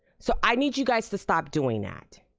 so i need you guys to stop doing that,